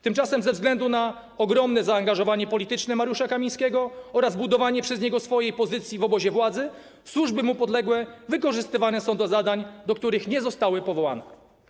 Tymczasem ze względu na ogromne zaangażowanie polityczne Mariusza Kamińskiego oraz budowanie przez niego swojej pozycji w obozie władzy służby mu podległe wykorzystywane są do zadań, do których nie zostały powołane.